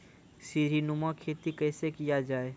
सीडीनुमा खेती कैसे किया जाय?